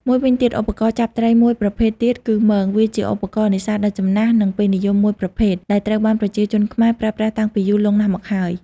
មួយវិញទៀតឧបករណ៍ចាប់ត្រីមួយប្រភេទទៀតគឺមង វាជាឧបករណ៍នេសាទដ៏ចំណាស់និងពេញនិយមមួយប្រភេទ ដែលត្រូវបានប្រជាជនខ្មែរប្រើប្រាស់តាំងពីយូរលង់ណាស់មកហើយ។